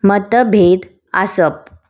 मतभेद आसप